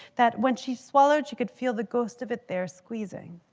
that when she swallowed she could feel the ghost of it there, squeezing.